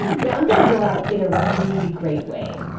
yeah i'm gonna go out in a really great way.